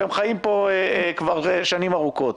והם חיים פה כבר שנים ארוכות.